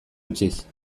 utziz